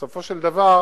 בסופו של דבר